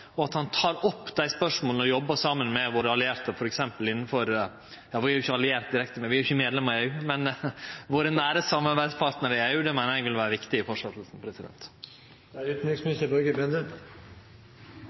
og at han tek opp dei spørsmåla og jobbar saman med våre allierte f.eks. innan EU – vi er jo ikkje allierte direkte, vi er ikkje medlem i EU – men med våre nære samarbeidspartnarar i EU. Det meiner eg vil vere viktig i